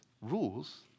rules